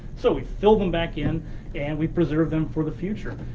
so we fill them back in and we preserve them for the future.